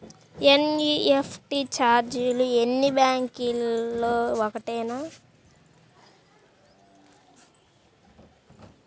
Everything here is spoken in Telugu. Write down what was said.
ఎన్.ఈ.ఎఫ్.టీ ఛార్జీలు అన్నీ బ్యాంక్లకూ ఒకటేనా?